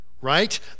Right